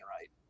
right